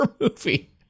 movie